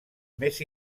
més